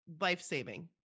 life-saving